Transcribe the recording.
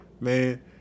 Man